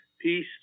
Peace